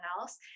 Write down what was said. else